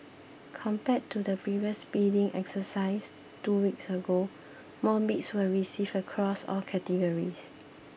compared to the previous bidding exercise two weeks ago more bids were received across all categories